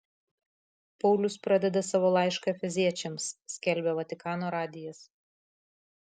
paulius pradeda savo laišką efeziečiams skelbia vatikano radijas